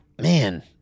Man